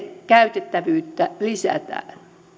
käytettävyyttä lisätään